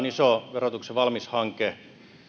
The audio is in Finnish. iso verotuksen valmis hanke